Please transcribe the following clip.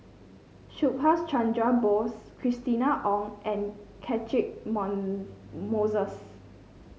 Subhas Chandra Bose Christina Ong and Catchick Moses